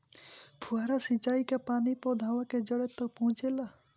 फुहारा सिंचाई का पानी पौधवा के जड़े तक पहुचे ला?